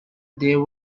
there